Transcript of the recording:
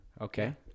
Okay